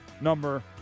number